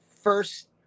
first